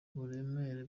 buremere